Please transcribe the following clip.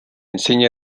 enseña